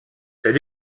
elle